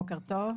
בוקר טוב.